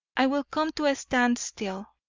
i will come to a standstill,